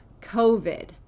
COVID